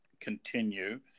continue